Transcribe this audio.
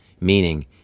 meaning